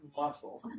muscle